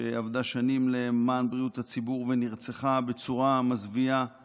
שעבדה שנים למען בריאות הציבור ונרצחה בצורה מזוויעה